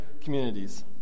communities